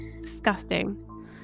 Disgusting